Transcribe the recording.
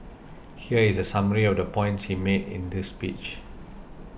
here is a summary of the points he made in his speech